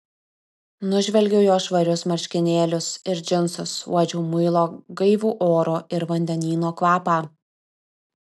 nužvelgiau jo švarius marškinėlius ir džinsus uodžiau muilo gaivų oro ir vandenyno kvapą